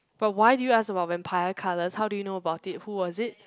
but why do you ask about vampire colours how do you know about it who was it